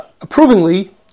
approvingly